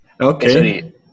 Okay